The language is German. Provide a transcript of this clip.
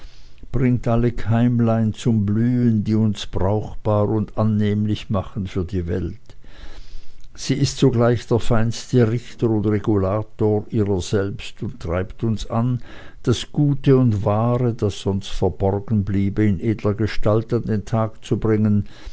bringt alle keimlein zum blühen die uns brauchbar und annehmlich machen für die welt sie ist zugleich der feinste richter und regulator ihrer selbst und treibt uns an das gute und wahre das sonst verborgen bliebe in edler gestalt an den tag zu bringen